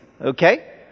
Okay